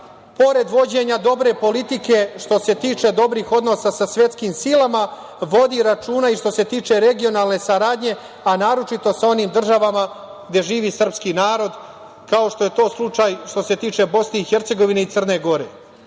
pored vođenja dobre politike, što se tiče dobrih odnosa sa svetskim silama, vodi računa i što se tiče regionalne saradnje a naročito sa onim državama gde živi srpski narod, kao što je to slučaj što se tiče Bosne i Hercegovine i Crne Gore. Svi